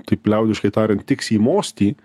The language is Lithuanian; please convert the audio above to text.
taip liaudiškai tariant tiks į mostį